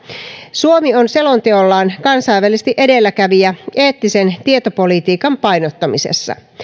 suomi on selonteollaan kansainvälisesti edelläkävijä eettisen tietopolitiikan painottamisessa